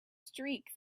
streak